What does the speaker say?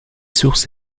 sources